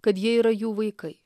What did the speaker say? kad jie yra jų vaikai